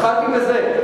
התחלתי בזה.